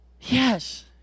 Yes